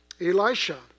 Elisha